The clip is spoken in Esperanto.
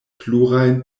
plurajn